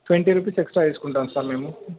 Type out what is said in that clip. twenty rupees extra తీసుకుంటాం sir మేము